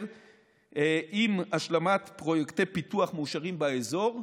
עם השלמת פרויקטי פיתוח מאושרים באזור,